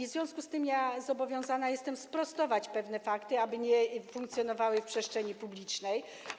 W związku z tym zobowiązana jestem sprostować pewne fakty, aby nie funkcjonowały w przestrzeni publicznej.